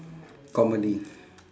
comedy